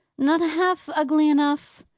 not half ugly enough,